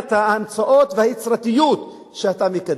מבחינת ההמצאות והיצירתיות שאתה מקדם.